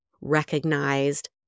recognized